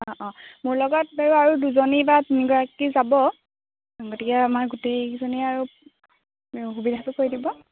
অঁ অঁ মোৰ লগত বাৰু আৰু দুজনী বা তিনিগৰাকী যাব গতিকে আমাৰ গোটেইকেইজনী আৰু সুবিধাটো কৰি দিব